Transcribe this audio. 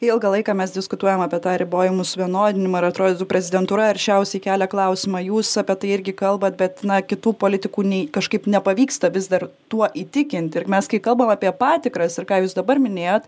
ilgą laiką mes diskutuojam apie tą ribojimų suvienodinimą ir atrodytų prezidentūra aršiausiai kelia klausimą jūs apie tai irgi kalbat bet nuo kitų politikų nei kažkaip nepavyksta vis dar tuo įtikinti ir mes kai kalbam apie patikras ir ką jūs dabar minėjot